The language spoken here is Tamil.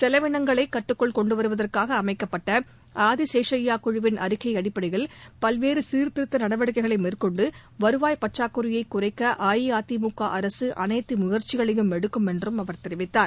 செலவினங்களை கட்டுக்குள் கொண்டுவருவதற்காக அமைக்கப்பட்ட ஆதிசேஷய்யா குழுவின் அறிக்கை அடிப்படையில் பல்வேறு சீர்திருத்த நடவடிக்கைகளை மேற்கொண்டு வருவாய் பற்றாக்குறையை குறைக்க அஇஅதிமுக அரசு அனைத்து முயற்சிகளையும் எடுக்கும் என்றும் அவர் தெரிவித்தார்